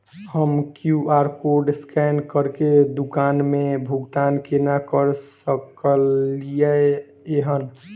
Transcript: हम QR code scan करके दुकान मे भुगतान केना करऽ सकलिये एहन?